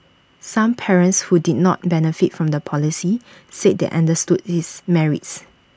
some parents who did not benefit from the policy said they understood its merits